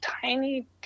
tiny